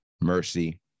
mercy